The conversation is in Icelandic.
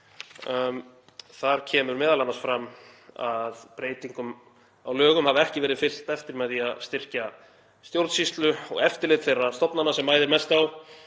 Þar kemur m.a. fram að breytingum á lögum hafi ekki verið fylgt eftir með því að styrkja stjórnsýslu og eftirlit þeirra stofnana sem mæðir mest á,